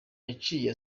yaciye